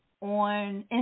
on